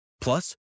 Plus